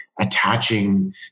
attaching